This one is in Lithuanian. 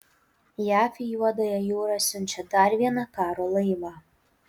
jav į juodąją jūrą siunčia dar vieną karo laivą